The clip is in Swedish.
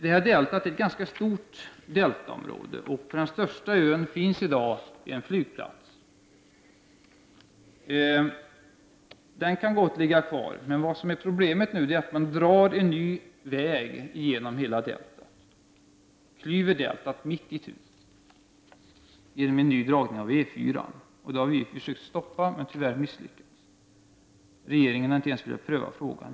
Detta är ett ganska stort deltaområde, och på den största ön finns i dag en flygplats. Den kan gott ligga kvar. Men problemet är att man nu drar en väg genom hela deltat. Man klyver deltat mittitu genom att E 4:an får en ny dragning. Detta har vi försökt stoppa, men vi har tyvärr misslyckats. Regeringen har inte ens velat pröva frågan.